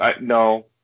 No